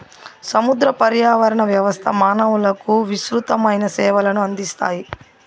సముద్ర పర్యావరణ వ్యవస్థ మానవులకు విసృతమైన సేవలను అందిస్తాయి